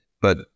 but-